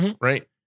Right